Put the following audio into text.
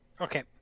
Okay